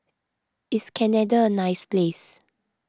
is Canada a nice place